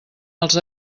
els